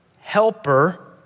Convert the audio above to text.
helper